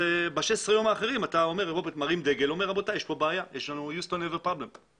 ב-16 הימים האחרים אתה מרים דגל ואומר שיש כאן בעיה ומטפלים בזה.